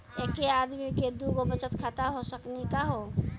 एके आदमी के दू गो बचत खाता हो सकनी का हो?